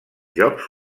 jocs